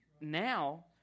Now